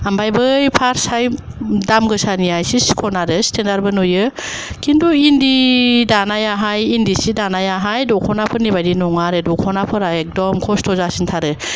आमफ्राय बै फार्स्ट हाय दाम गोसानिया एसे सिखन आरो स्टेन्डार्ड बो नुयो खिन्थु इन्दि दानायाहाय इन्दि सि दानायाहाय दखनाफोरनि बादि नङा आरो दखना फोरा एखदम खस्थ जासिन थारो